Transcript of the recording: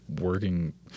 working